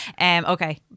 okay